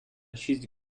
шість